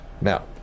Now